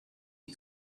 you